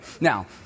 now